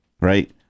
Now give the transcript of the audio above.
right